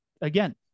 again